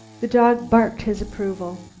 the dog barked his approval.